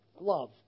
love